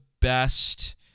best